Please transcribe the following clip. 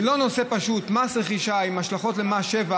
זה לא נושא פשוט, מס רכישה עם השלכות על מס שבח.